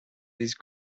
these